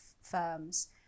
firms